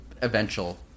eventual